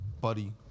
Buddy